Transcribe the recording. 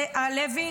זה הלוי.